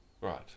Right